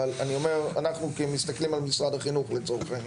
אבל אנחנו כמסתכלים על משרד החינוך לצורך העניין,